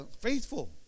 faithful